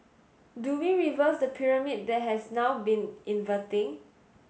do we reverse the pyramid that has now been inverting